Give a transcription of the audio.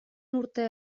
urte